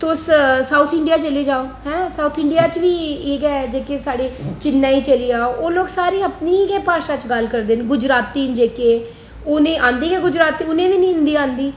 तुस south India चली जाओ साउथ इंडिया च बी जि'यां तुस चन्नेई चली जाओ ओह् अपनी गै भाशा च गल्ल करदे ना गुजराती ना जेहके उ'नें गी औंदी गे गुजराती हिंदी नेईं औंदी